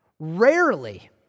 rarely